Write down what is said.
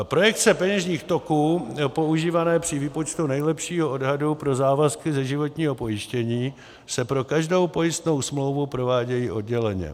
Projekce peněžních toků používané při výpočtu nejlepšího odhadu pro závazky ze životního pojištění se pro každou pojistnou smlouvu provádějí odděleně.